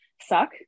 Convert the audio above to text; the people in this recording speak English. suck